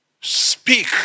Speak